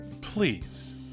please